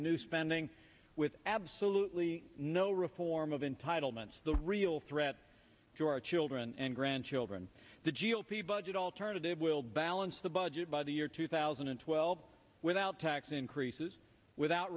new spending with absolutely no reform of entitlements the real threat to our children and grandchildren the g o p budget alternative will balance the budget by the year two thousand and twelve without tax increases without